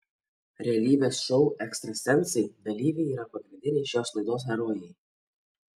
realybės šou ekstrasensai dalyviai yra pagrindiniai šios laidos herojai